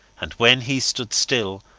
and when he stood still,